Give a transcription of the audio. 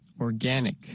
organic